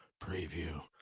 preview